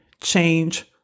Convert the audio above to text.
change